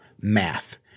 math